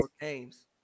games